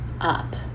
up